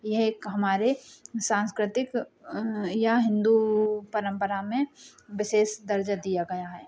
यह एक हमारे साँस्कृतिक यह हिन्दू परम्परा में विशेष दर्जा दिया गया है